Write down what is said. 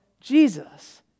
Jesus